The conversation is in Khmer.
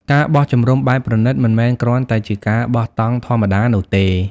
ការបោះជំរំបែបប្រណីត មិនមែនគ្រាន់តែជាការបោះតង់ធម្មតានោះទេ។